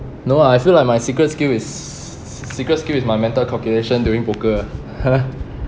no ah I feel like my secret skill is secret skill is my mental calculation during poker ah